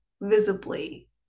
visibly